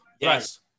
Yes